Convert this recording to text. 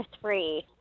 three